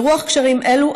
ברוח קשרים אלו,